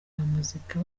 muzika